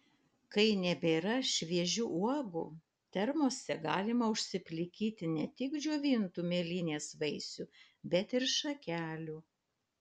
kai nebėra šviežių uogų termose galima užsiplikyti ne tik džiovintų mėlynės vaisių bet ir šakelių